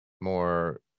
more